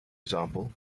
example